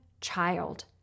child